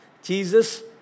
Jesus